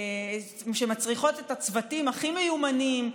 שמצריכות את הצוותים הכי מיומנים,